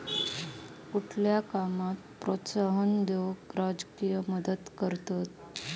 कुठल्या कामाक प्रोत्साहन देऊक राजकीय मदत करतत